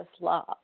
love